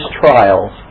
trials